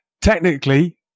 Technically